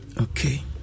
Okay